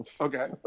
Okay